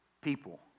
people